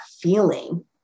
feeling